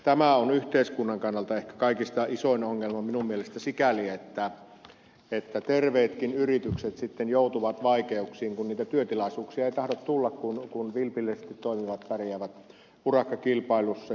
tämä on yhteiskunnan kannalta ehkä kaikista isoin ongelma minun mielestäni sikäli että terveetkin yritykset joutuvat sitten vaikeuksiin kun niitä työtilaisuuksia ei tahdo tulla kun vilpillisesti toimivat pärjäävät urakkakilpailussa